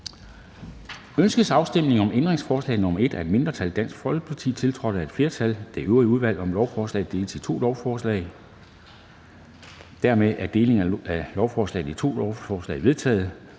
Ønskes afstemning om ændringsforslag nr. 1 af et mindretal (DF), tiltrådt af et flertal (det øvrige udvalg), om, at lovforslaget deles i to lovforslag? Dermed er delingen af lovforslaget i to lovforslag vedtaget.